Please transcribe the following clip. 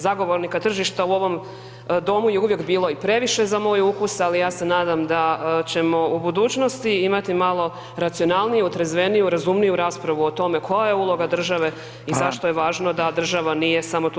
Zagovornika tržišta u ovom domu je uvijek bilo i previše za moj ukus, ali ja se nadam da ćemo u budućnosti imati malo racionalniju, trezveniju, razumniju raspravu u tome koja uloga države i zašto je važno da država nije tu samo kao ukras.